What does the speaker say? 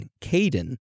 Caden